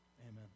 Amen